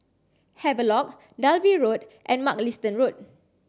Havelock Dalvey Road and Mugliston Road